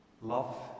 love